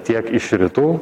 tiek iš rytų